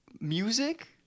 music